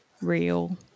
real